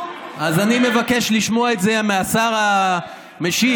אז אני מבקש לשמוע את זה מהשר המשיב,